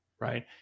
right